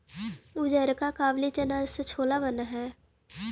उजरका काबली चना से छोला बन हई